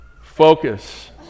focus